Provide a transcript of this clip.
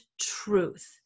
truth